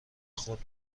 خود